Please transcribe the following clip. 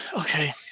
Okay